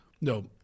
no